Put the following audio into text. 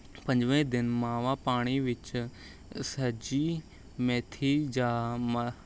ਪੰਜਵੇਂ ਦਿਨ ਮਾਵਾਂ ਪਾਣੀ ਵਿੱਚ ਸੇਂਜੀ ਮੇਥੀ ਜਾਂ